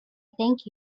thank